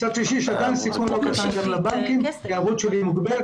מצד שלישי יש עדיין סיכון לא קטן גם לבנקים כי הערבות שלי מוגבלת.